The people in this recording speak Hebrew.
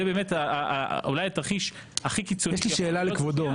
זה באמת אולי התרחיש הכי קיצוני שיכול להיות.